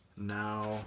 now